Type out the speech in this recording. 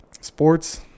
sports